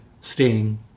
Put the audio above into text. sting